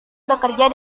bekerja